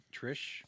Trish